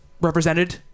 Represented